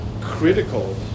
critical